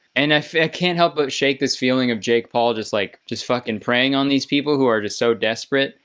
and i can't help but shake this feeling of jake paul just like, just fucking preying on these people who are just so desperate.